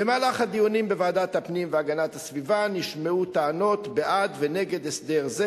במהלך הדיונים בוועדת הפנים והגנת הסביבה נשמעו טענות בעד ונגד הסדר זה.